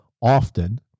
often